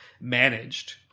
managed